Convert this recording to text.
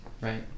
right